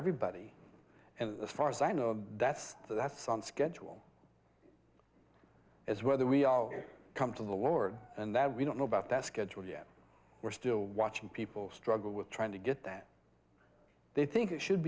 everybody and as far as i know that's that's on schedule as whether we are come to the lord and that we don't know about that schedule yet we're still watching people struggle with trying to get that they think it should